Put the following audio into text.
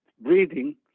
breathing